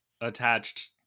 attached